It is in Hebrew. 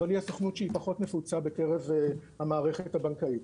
אבל היא הסוכנות שפחות נפוצה בקרב המערכת הבנקאית.